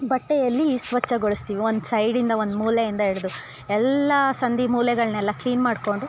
ಬಟ್ಟೆಯಲ್ಲಿ ಸ್ವಚ್ಛಗೊಳಿಸ್ತೀವಿ ಒಂದು ಸೈಡಿಂದ ಒಂದು ಮೂಲೆಯಿಂದ ಹಿಡ್ದು ಎಲ್ಲ ಸಂದಿ ಮೂಲೆಗಳನ್ನೆಲ್ಲ ಕ್ಲೀನ್ ಮಾಡ್ಕೊಂಡು